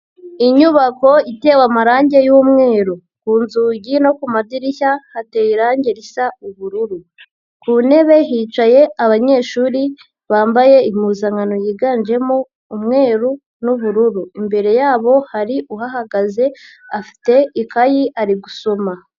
Inyubako itewe amarangi y'umweru ku nzugi no ku madirishya hateye irangi risa ubururu, ku ntebe hicaye abanyeshuri bambaye impuzankano yiganjemo umweru n'ubururu, imbere yabo hari uhahagaze afite ikayi ari gusoma.